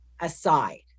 aside